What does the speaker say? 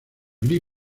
lee